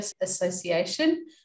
Association